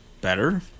better